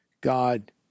God